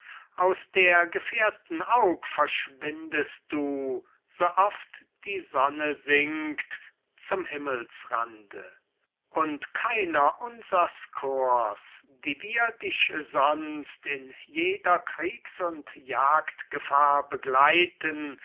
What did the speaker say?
aus der gefährten aug verschwindest du so oft die sonne sinkt zum himmelsrande und keiner unsers chors die wir dich sonst in jeder kriegs und jagdgefahr begleiten